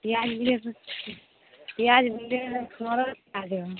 पिआज लेब पिआज लेबेमे सड़ल आ गेल